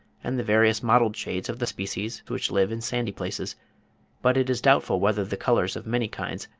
and the various mottled shades of the species which live in sandy places but it is doubtful whether the colours of many kinds,